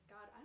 God